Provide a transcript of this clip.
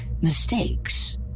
mistakes